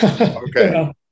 Okay